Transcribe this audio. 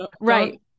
right